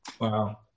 Wow